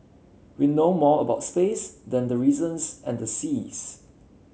we know more about space than the reasons and the seas